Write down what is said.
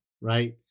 right